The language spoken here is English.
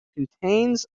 contains